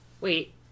Wait